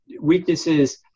weaknesses